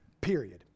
Period